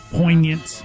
poignant